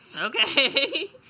Okay